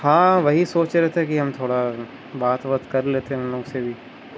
ہاں وہی سوچ رہے تھے کہ ہم تھوڑا بات وات کر لیتے ہیں ہم لوگ سے بھی